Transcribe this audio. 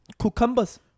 cucumbers